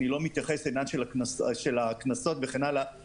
אין עניינו של משרד הבריאות בגובה של קנסות וכדומה.